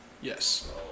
Yes